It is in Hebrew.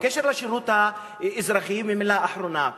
בקשר לשירות האזרחי, מלה אחרונה: